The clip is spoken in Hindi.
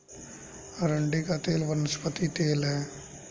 अरंडी का तेल वनस्पति तेल है